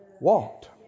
walked